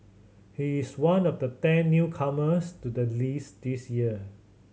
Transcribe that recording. he is one of the ten newcomers to the list this year